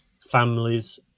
families